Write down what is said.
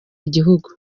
igihugu